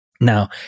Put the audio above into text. Now